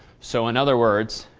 so, in other words,